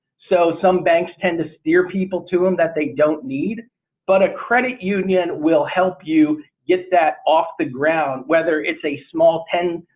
so some banks tend to steer people to them that they don't need but a credit union will help you get that off the ground whether it's a small ten,